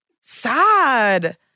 Sad